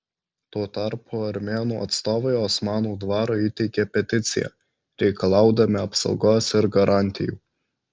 tuo tarpu armėnų atstovai osmanų dvarui įteikė peticiją reikalaudami apsaugos ir garantijų